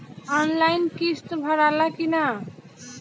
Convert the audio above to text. Online किस्त भराला कि ना?